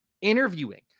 interviewing